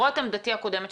למרות עמדתי הקודמת,